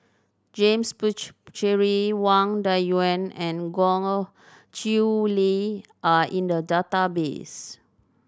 James Puthucheary Wang Dayuan and Goh Chiew Lye are in the database